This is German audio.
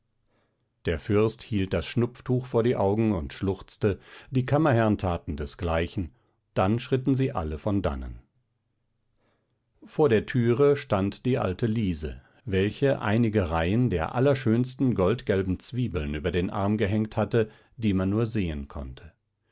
der fürst hielt das schnupftuch vor die augen und schluchzte die kammerherrn taten desgleichen dann schritten sie alle von dannen vor der türe stand die alte liese welche einige reihen der allerschönsten goldgelben zwiebeln über den arm gehängt hatte die man nur sehen konnte